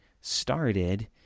started